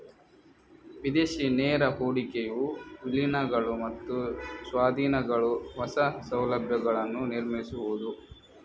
ವಿದೇಶಿ ನೇರ ಹೂಡಿಕೆಯು ವಿಲೀನಗಳು ಮತ್ತು ಸ್ವಾಧೀನಗಳು, ಹೊಸ ಸೌಲಭ್ಯಗಳನ್ನು ನಿರ್ಮಿಸುವುದು